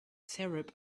syrup